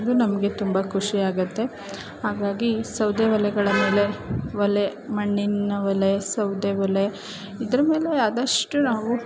ಅದು ನಮಗೆ ತುಂಬ ಖುಷಿ ಆಗುತ್ತೆ ಹಾಗಾಗಿ ಸೌದೆ ಒಲೆಗಳ ಮೇಲೆ ಒಲೆ ಮಣ್ಣಿನ ಒಲೆ ಸೌದೆ ಒಲೆ ಇದರ ಮೇಲೆ ಆದಷ್ಟು ನಾವು